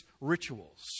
rituals